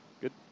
good